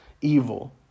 evil